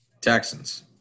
Texans